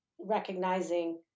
recognizing